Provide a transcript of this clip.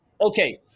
Okay